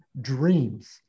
dreams